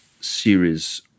series